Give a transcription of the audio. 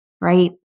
right